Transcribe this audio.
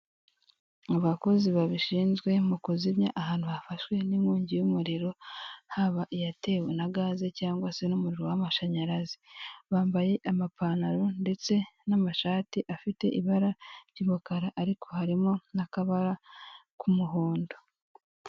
Mu bakozi babishinzwe mu kuzimya ahantu hafashwe n'inkongi y'umuriro, haba iyatewe na gaze cyangwa se n'umuriro w'amashanyarazi. Bambaye amapantaro ndetse n'amashati afite ibara ry'umukara, ariko harimo n'akabara k'umuhondo.